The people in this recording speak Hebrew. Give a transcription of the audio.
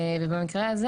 במקרה הזה,